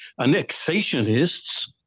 annexationists